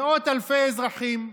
מאות אלפי אזרחים,